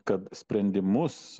kad sprendimus